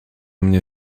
mnie